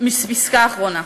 פסקה אחרונה.